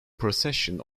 procession